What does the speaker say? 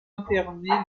interné